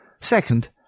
Second